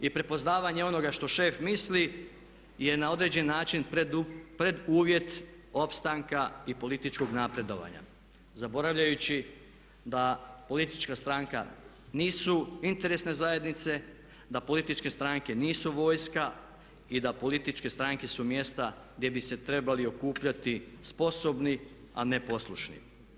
I prepoznavanje onoga što šef misli je na određeni način preduvjet opstanka i političkog napredovanja zaboravljajući da politička stranka nisu interesne zajednice, da političke stranke nisu vojska i da političke stranke su mjesta gdje bi se trebali okupljati sposobni a ne poslušni.